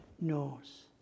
knows